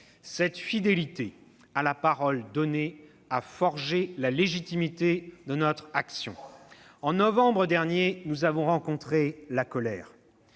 Cette fidélité à la parole donnée a forgé la légitimité de notre action. « En novembre dernier, nous avons rencontré la colère.